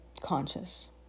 conscious